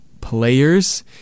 players